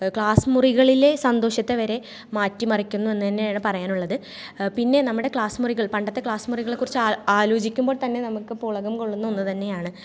ക്ലാസ്മുറികളിലെ സന്തോഷത്തെവരെ മാറ്റി മറിക്കുന്നു എന്ന് തന്നെയാണ് പറയാനുള്ളത് പിന്നെ നമ്മുടെ ക്ലാസ് മുറികൾ പണ്ടത്തെ ക്ലാസ് മുറികളെ കുറിച്ച് ആ ആലോചിക്കുമ്പോൾ തന്നെ നമുക്ക് പുളകം കൊള്ളുന്ന ഒന്നു തന്നെയാണ്